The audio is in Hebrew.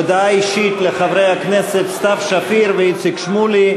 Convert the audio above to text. הודעה אישית לחברי הכנסת סתיו שפיר ואיציק שמולי.